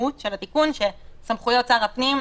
שלהבנתנו זה גם היה המצב קודם.